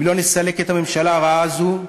אם לא נסלק את הממשלה הרעה הזאת,